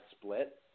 split